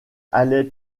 allait